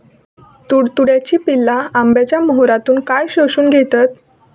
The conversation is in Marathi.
तुडतुड्याची पिल्ला आंब्याच्या मोहरातना काय शोशून घेतत?